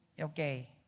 Okay